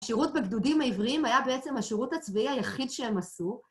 השירות בגדודים העבריים היה בעצם השירות הצבאי היחיד שהם עשו.